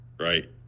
right